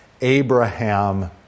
Abraham